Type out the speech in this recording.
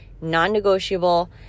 Non-negotiable